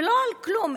ולא על כלום,